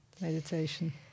meditation